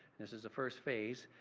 this is the first phase,